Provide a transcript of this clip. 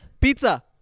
Pizza